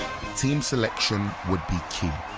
team selection would be key.